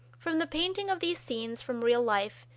from the painting of these scenes from real life,